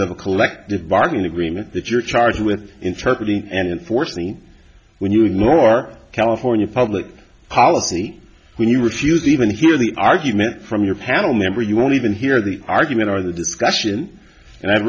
the collective bargaining agreement that you're charged with internally and unfortunately when you ignore california public policy when you refuse to even hear the argument from your panel member you will even hear the argument or the discussion and i've